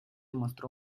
mostró